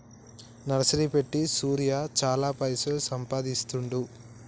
nursery పెట్టి సూరయ్య చాల పైసలు సంపాదిస్తాండు